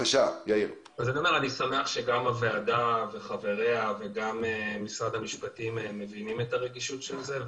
אני שמח שגם הוועדה וחבריה וגם משרד המשפטים מבינים את הרגישות של זה.